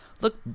look